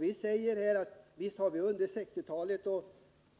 Vi säger i motionen: Visst har vi under 1960-talet och